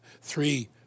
Three